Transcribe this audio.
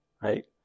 right